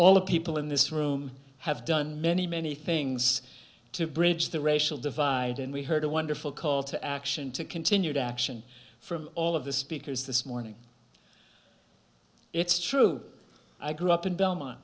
all the people in this room have done many many things to bridge the racial divide and we heard a wonderful call to action to continue to action from all of the speakers this morning it's true i grew up in belmont